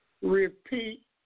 repeat